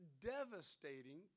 devastating